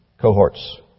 cohorts